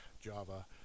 Java